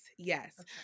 Yes